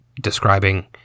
describing